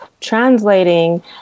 translating